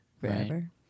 forever